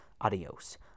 adios